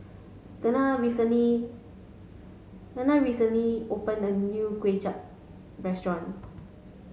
Kenna recently Kenna recently opened a new Kway Chap Restaurant